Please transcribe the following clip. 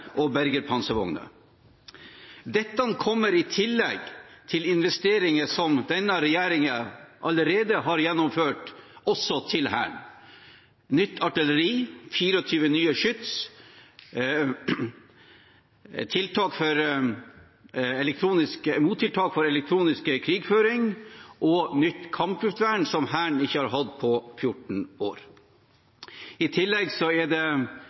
og bergepanservogner. Dette kommer i tillegg til investeringer som denne regjeringen allerede har gjennomført til Hæren: nytt artilleri, 24 nye skyts, mottiltak for elektronisk krigføring og nytt kampluftvern, som Hæren ikke har hatt på 14 år. I tillegg er det